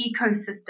ecosystem